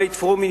בית-פרומין,